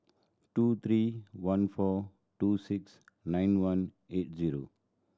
two three one four two six nine one eight zero